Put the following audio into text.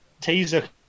teaser